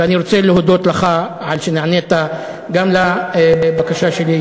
ואני רוצה להודות לך על שנענית גם לבקשה שלי,